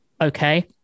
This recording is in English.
okay